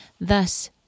Thus